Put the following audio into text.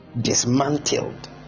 dismantled